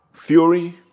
Fury